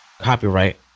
copyright